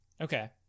Okay